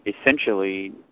essentially